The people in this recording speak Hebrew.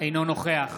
אינו נוכח